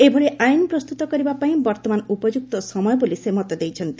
ଏଭଳି ଆଇନ ପ୍ରସ୍ତୁତ କରିବାପାଇଁ ବର୍ତ୍ତମାନ ଉପଯୁକ୍ତ ସମୟ ବୋଲି ସେ ମତ ଦେଇଛନ୍ତି